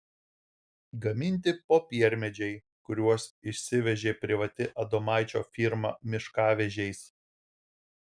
gaminti popiermedžiai kuriuos išsivežė privati adomaičio firma miškavežiais